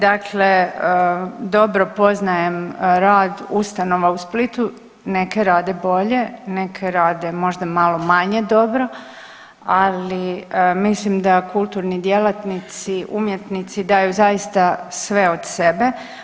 Dakle, dobro poznajem rad ustanova u Splitu, neke rade bolje, neke rade možda malo manje dobro, ali mislim da kulturni djelatnici, umjetnici daju zaista sve od sebe.